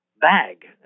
bag